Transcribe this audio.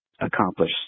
accomplish